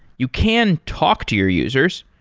you can talk to your users.